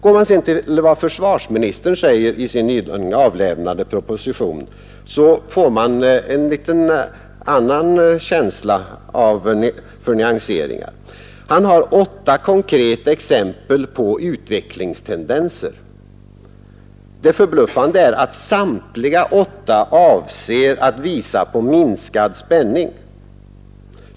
Går man sedan till vad försvarsministern säger i sin nyligen avlämnade proposition, finner man en litet annan känsla för nyanseringar. Han har åtta konkreta exempel på utvecklingstendenser. Det förbluffande är att samtliga åtta avser att visa på minskad spänning.